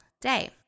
day